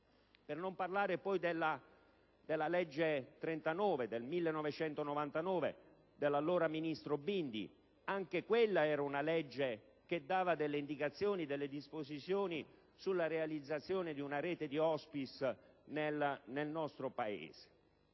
Per non parlare poi della legge n. 39 del 1999 dell'allora ministro Bindi: anche quella era una legge che conteneva disposizioni sulla realizzazione di una rete di *hospice* nel nostro Paese.